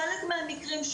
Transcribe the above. חלק מהמקרים,